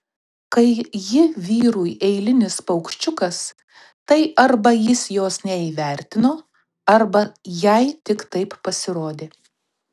kai ji vyrui eilinis paukščiukas tai arba jis jos neįvertino arba jai tik taip pasirodė